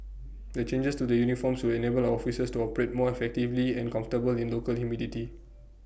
the changes to the uniforms will enable our officers to operate more effectively and comfortably in local humidity